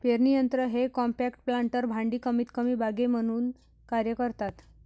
पेरणी यंत्र हे कॉम्पॅक्ट प्लांटर भांडी कमीतकमी बागे म्हणून कार्य करतात